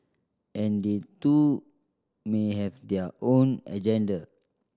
and they too may have their own agenda